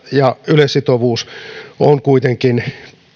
ja yleissitovuus ovat kuitenkin